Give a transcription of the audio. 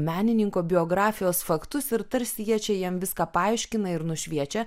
menininko biografijos faktus ir tarsi jie čia jam viską paaiškina ir nušviečia